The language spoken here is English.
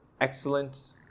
excellent